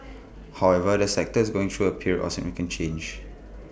however the sector is going through A period of significant change